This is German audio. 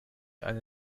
eine